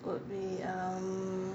would be um